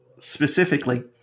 specifically